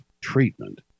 treatment